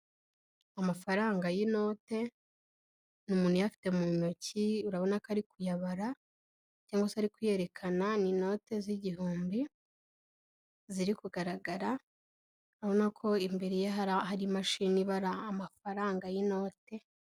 Amafaranga y'inote, ni umuntu uyafite mu ntoki, urabona ko ari kuyabara cyangwa se ari kuyerekana, ni inote z'igihumbi, ziri kugaragara, urabona ko imbere ye hari imashini ibara amafaranga y'inote.